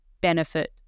benefit